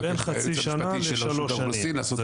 לעשות --- בין חצי שנה לשלוש שנים,